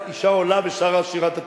אשה עולה ושרה שירת "התקווה".